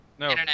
No